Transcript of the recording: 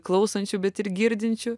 klausančių bet ir girdinčių